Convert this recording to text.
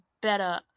better